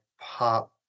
pop